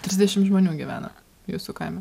trisdešim žmonių gyvena jūsų kaime